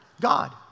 God